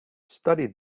studied